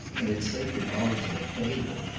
and its sacred origin a fable,